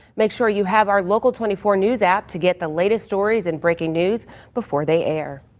make sure you have our local twenty four news app to get the latest stories and breaking news before they air.